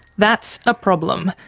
that's a problem.